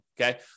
okay